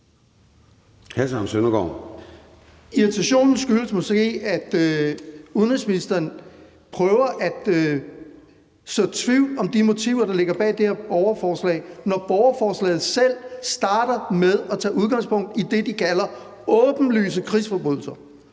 Irritationen skyldes måske, at udenrigsministeren prøver at så tvivl om de motiver, der ligger bag det her borgerforslag, når borgerforslaget selv starter med at tage udgangspunkt i det, de kalder åbenlyse krigsforbrydelser